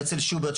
הרצל שוברט,